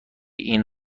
این